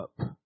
up